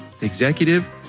executive